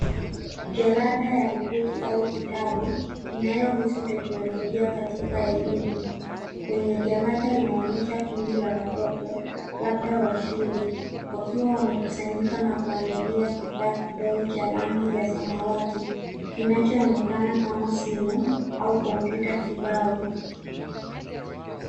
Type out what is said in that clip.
Jalada ya ripoti au kitabu, inayohusu teknolojia katika elimu. Kwenye jalada inaonyesha kundi la watoto, labda wa shule wakiwa wamekusanyika na kuangalia kifaa kidogo cha rangi ya samawati. Kinachoonekana kama simu au kompyuta kibao.